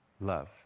Love